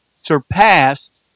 surpassed